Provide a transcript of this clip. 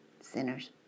sinners